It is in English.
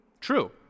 True